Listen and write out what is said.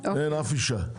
אין אף אישה,